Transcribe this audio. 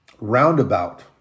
roundabout